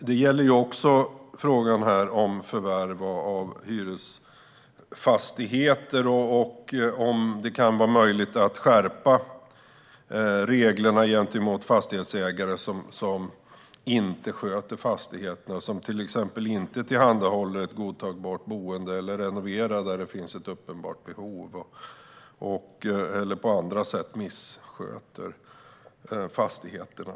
Det gäller också frågan om förvärv av hyresfastigheter och om det kan vara möjligt att skärpa reglerna gentemot fastighetsägare som inte sköter fastigheterna, till exempel inte tillhandahåller ett godtagbart boende, inte renoverar där det finns ett uppenbart behov eller på andra sätt missköter fastigheterna.